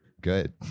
Good